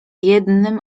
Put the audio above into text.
jednym